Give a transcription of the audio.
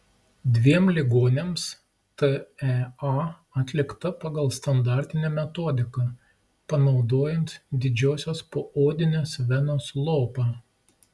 dviem ligoniams tea atlikta pagal standartinę metodiką panaudojant didžiosios poodinės venos lopą